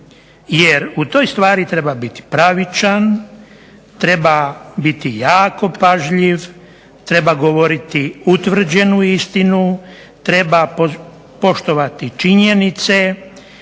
jer u toj stvari treba biti pravičan, treba biti jako pažljiv, treba govoriti utvrđenu istinu, treba poštovati činjenice,